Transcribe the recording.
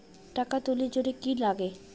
টাকা তুলির জন্যে কি লাগে?